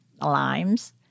limes